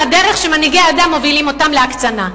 הדרך שבה מנהיגיהם מובילים אותם להקצנה.